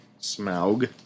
Smaug